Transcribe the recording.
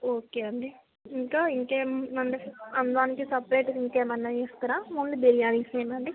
okay అండీ ఇంకా ఇంకేం మన అన్నానికి సపరేట్గా ఇంకేమైనా ఇస్తారా ఓన్లీ బిర్యానిసేనా అండీ